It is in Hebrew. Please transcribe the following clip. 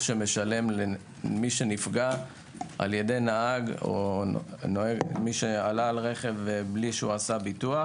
שמשלם למי שנפגע על ידי נהג או מי שעלה על רכב בלי שעשה ביטוח.